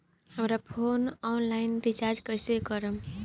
हमार phone online recharge कईसे करेम?